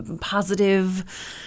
positive